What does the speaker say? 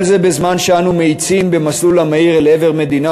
כל זה בזמן שאנו מאיצים במסלול המהיר לעבר מדינה